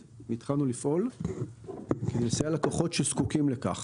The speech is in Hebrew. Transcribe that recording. והתחלנו לפעול כדי לסייע ללקוחות שזקוקים לכך,